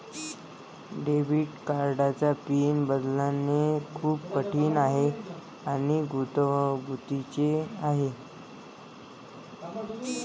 debit कार्डचा PIN बदलणे खूप कठीण आणि गुंतागुंतीचे आहे